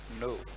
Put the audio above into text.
no